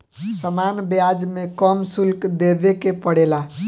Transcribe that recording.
सामान्य ब्याज में कम शुल्क देबे के पड़ेला